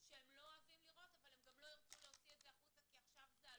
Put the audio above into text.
שהם לא אוהבים לראות אבל הם גם לא ירצו להעביר את זה החוצה כי זה עלול